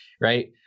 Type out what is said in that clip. Right